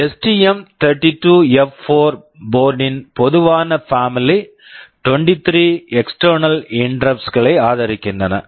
STM32F4 STM32F4 board board ன் பொதுவான family family 23 external interrupts external interrupts களை ஆதரிக்கின்றன